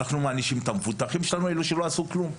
אנחנו מענישים את המבוטחים שלנו שלא עשו דבר?